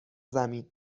زمین